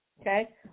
Okay